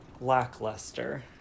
lackluster